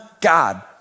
God